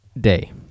day